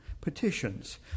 Petitions